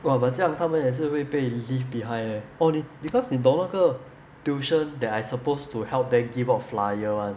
!wah! but 这样他们也是会被 leave behind eh orh 你 because 你懂那个 tuition that I supposed to help them give out flyers [one]